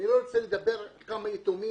אני לא רוצה לדבר על כמה יתומים,